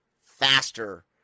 faster